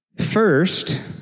First